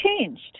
changed